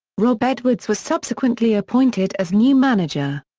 rob edwards was subsequently appointed as new manager.